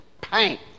paint